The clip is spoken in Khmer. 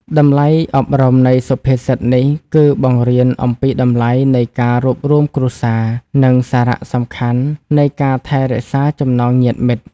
តម្លៃអប់រំនៃសុភាសិតនេះគឺបង្រៀនអំពីតម្លៃនៃការរួបរួមគ្រួសារ និងសារៈសំខាន់នៃការថែរក្សាចំណងញាតិមិត្ត។